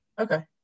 okay